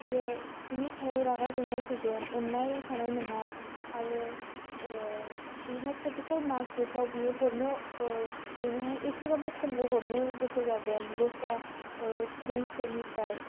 बियो बिनि सायाव रागा जोंनाय फैगोन अननाय थानाय नङा आरो बेनो प्रेकटिकोल मार्कस बेफ्राव बियो हरनो बेनोहाय इसेबाबो कमखौ हरनो गोसो जागोन दसरा स्टुदेन्स फोरनिफ्राय